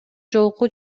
жолку